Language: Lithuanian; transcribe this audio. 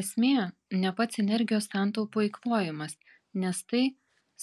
esmė ne pats energijos santaupų eikvojimas nes tai